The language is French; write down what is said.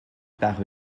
par